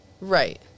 right